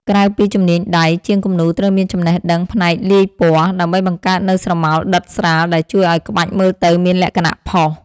ក្រៅពីជំនាញដៃ ជាងគំនូរត្រូវមានចំណេះដឹងផ្នែកលាយពណ៌ ដើម្បីបង្កើតនូវស្រមោលដិតស្រាលដែលជួយឱ្យក្បាច់មើលទៅមានលក្ខណៈផុស ។